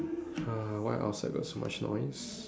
!huh! why outside got so much noise